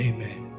Amen